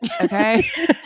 okay